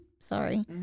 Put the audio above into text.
Sorry